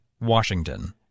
Washington